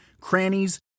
crannies